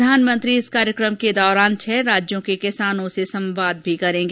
प्रधानमंत्री इस कार्यक्रम के दौरान छह राज्यों के किसानों से संवाद भी करेंगे